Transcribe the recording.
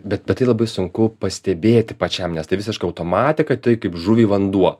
bet bet tai labai sunku pastebėti pačiam nes tai visiška automatika tai kaip žuviai vanduo